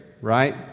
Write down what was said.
right